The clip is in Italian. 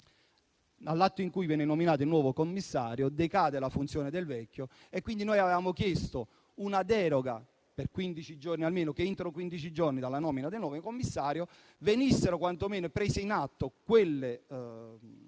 All'atto della nomina del nuovo commissario decade la funzione del vecchio, per cui abbiamo chiesto una deroga per quindici giorni, o almeno che entro quindici giorni dalla nomina del nuovo commissario venissero quantomeno prese in atto quelle